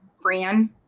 Fran